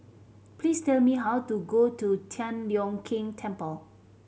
please tell me how to go to Tian Leong Keng Temple